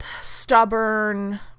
stubborn